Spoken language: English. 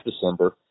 December